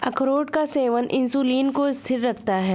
अखरोट का सेवन इंसुलिन को स्थिर रखता है